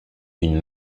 une